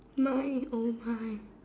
nine O nine